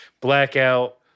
Blackout